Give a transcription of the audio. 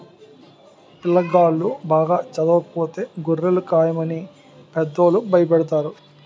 పిల్లాగాళ్ళు బాగా చదవకపోతే గొర్రెలు కాయమని పెద్దోళ్ళు భయపెడతారు